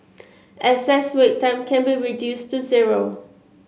excess wait time can be reduced to zero